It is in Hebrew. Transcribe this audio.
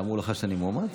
לא אמרו לך שאני מועמד?